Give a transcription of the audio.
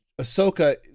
Ahsoka